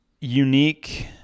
Unique